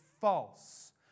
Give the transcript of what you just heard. false